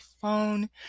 phone